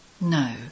No